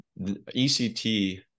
ECT